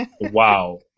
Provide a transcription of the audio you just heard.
wow